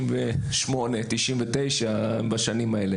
השקעת המדינה חשובה למדינה אבל חשוב שנעזור לכולם גם ברמה האישית.